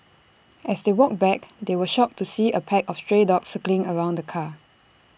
as they walked back they were shocked to see A pack of stray dogs circling around the car